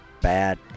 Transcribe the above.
bad